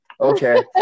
okay